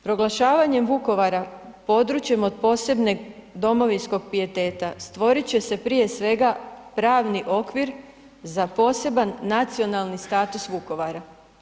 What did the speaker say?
Proglašavanjem Vukovara područjem od posebnog domovinskog pijeteta, stvorit će se prije svega pravni okvir za poseban nacionalni status Vukovara.